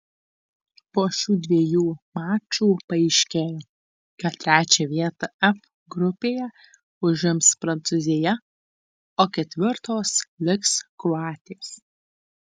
po šių dviejų mačų paaiškėjo kad trečią vietą f grupėje užims prancūzija o ketvirtos liks kroatės